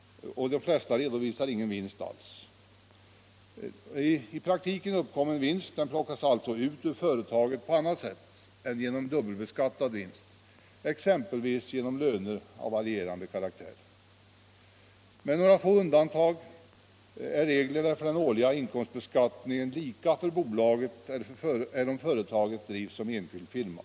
— och de flesta redovisar ingen vinst alls. I praktiken uppkommer en vinst. Den plockas alltså ut ur företaget på annat sätt än som dubbelbeskattad vinst, exempelvis genom löner av varierande karaktär. Med några få undantag är reglerna för den årliga inkomstbeskattningen lika för ett fåmansbolag som om företaget drivs som enskild firma.